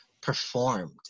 performed